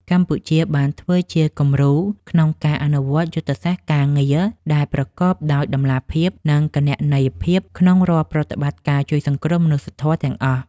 កម្ពុជាបានធ្វើជាគំរូក្នុងការអនុវត្តយុទ្ធសាស្ត្រការងារដែលប្រកបដោយតម្លាភាព និងគណនេយ្យភាព ក្នុងរាល់ប្រតិបត្តិការជួយសង្គ្រោះមនុស្សធម៌ទាំងអស់។